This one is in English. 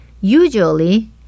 Usually